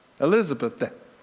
Elizabeth